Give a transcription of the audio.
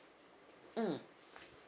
mm